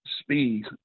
speed